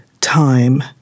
time